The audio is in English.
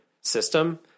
system